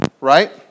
right